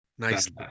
Nice